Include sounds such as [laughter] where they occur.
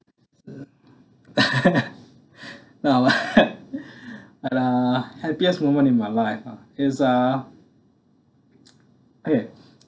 [laughs] no [laughs] uh happiest moment in my life ah is uh okay